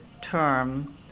term